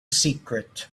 secret